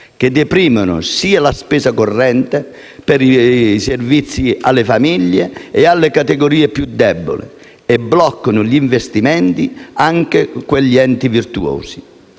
che deprimono la spesa corrente per i servizi alle famiglie e alle categorie più deboli e bloccano gli investimenti anche agli enti virtuosi.